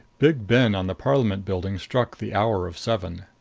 big ben on the parliament buildings struck the hour of seven.